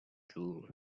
drool